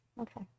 Okay